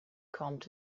combed